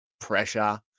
pressure